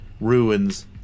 ruins